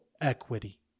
equity